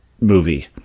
movie